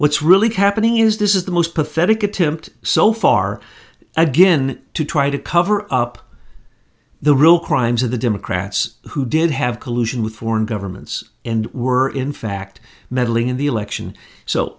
what's really happening is this is the most pathetic attempt so far i've been to try to cover up the real crimes are the democrats who did have collusion with foreign governments and were in fact meddling in the election so